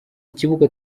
ikibuga